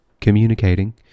communicating